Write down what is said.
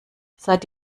seit